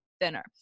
thinner